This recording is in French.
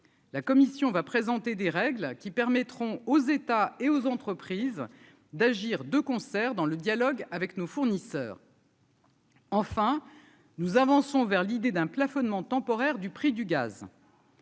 la Commission va présenter des règles qui permettront aux États et aux entreprises d'agir de concert dans le dialogue avec nos fournisseurs. Enfin, nous avançons vers l'idée d'un plafonnement temporaire du prix du gaz.